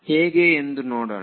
ಹೇಗೆ ಎಂದು ನೋಡೋಣ